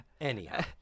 Anyhow